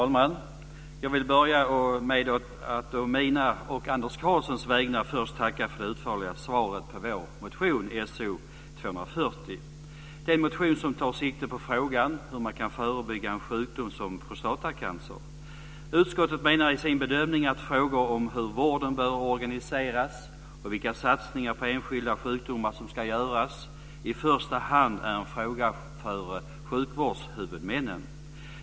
Fru talman! Jag vill börja med att å mina och Anders Karlssons vägnar först tacka för det utförliga svaret på vår motion So240. Det är en motion som tar sikte på frågan om hur man kan förebygga en sjukdom som prostatacancer. Utskottet menar i sin bedömning att frågor om hur vården bör organiseras och vilka satsningar på enskilda sjukdomar som ska göras i första hand är en fråga för sjukvårdshuvudmännen.